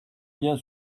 bien